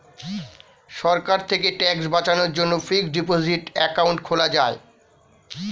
সরকার থেকে ট্যাক্স বাঁচানোর জন্যে ফিক্সড ডিপোসিট অ্যাকাউন্ট খোলা যায়